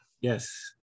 yes